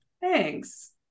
Thanks